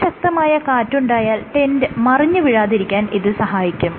അതിശക്തമായ കാറ്റുണ്ടായാൽ ടെന്റ് മറിഞ്ഞു വീഴാതിരിക്കാൻ ഇത് സഹായിക്കും